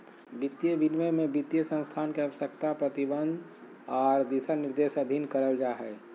वित्तीय विनियमन में वित्तीय संस्थान के आवश्यकता, प्रतिबंध आर दिशानिर्देश अधीन करल जा हय